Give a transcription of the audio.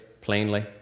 plainly